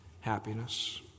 happiness